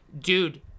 dude